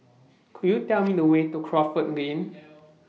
Could YOU Tell Me The Way to Crawford Lane